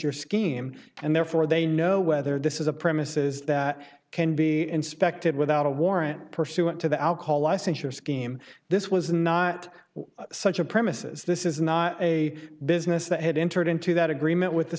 your scheme and therefore they know whether this is a premises that can be inspected without a warrant pursuant to the alcohol license or scheme this was not such a premises this is not a business that had entered into that agreement with the